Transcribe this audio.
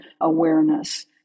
awareness